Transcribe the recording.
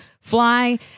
fly